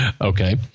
Okay